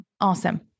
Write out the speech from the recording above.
Awesome